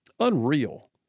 Unreal